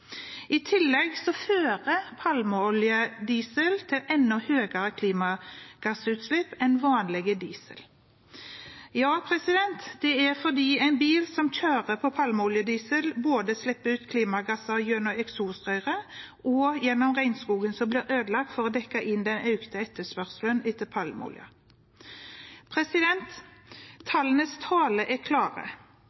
I tillegg fører palmeoljediesel til enda høyere klimagassutslipp enn vanlig diesel, både fordi en bil som kjører på palmeoljediesel, slipper ut klimagasser gjennom eksosrøret, og fordi regnskogen blir ødelagt for å dekke inn den økte etterspørselen etter